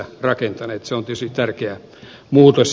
se on tietysti tärkeä muutos